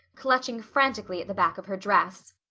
clutching frantically at the back of her dress.